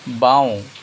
বাওঁ